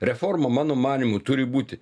reforma mano manymu turi būti